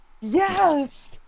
Yes